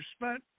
spent